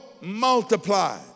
multiply